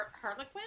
Harlequin